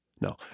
No